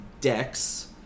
decks